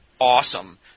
awesome